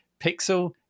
Pixel